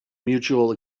mutual